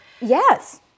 Yes